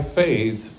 faith